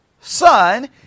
son